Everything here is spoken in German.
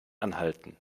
anhalten